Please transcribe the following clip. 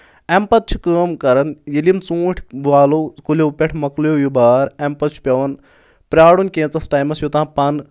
امہِ پَتہٕ چھِ کٲم کران ییٚلہِ یِم ژوٗنٛٹھۍ والو کُلو پؠٹھ مۄکلیٚو یہِ بار اَمہِ پتہٕ چھُ پیٚوان پرارُن کینٛژس ٹایمَس یوٚتانۍ پَن